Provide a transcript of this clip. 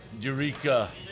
Eureka